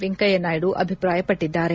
ವೆಂಕಯ್ಯ ನಾಯ್ತು ಅಭಿಪ್ರಾಯಪಟ್ಟಿದ್ದಾರೆ